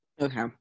okay